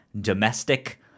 domestic